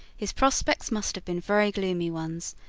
his prospects must have been very gloomy ones,